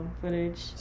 footage